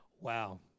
Wow